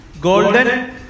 golden